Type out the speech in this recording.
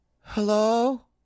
hello